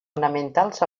fonamentals